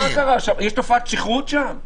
יש תופעת שכרות שם?